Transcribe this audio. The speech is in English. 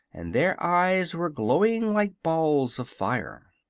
and their eyes were glowing like balls of fire.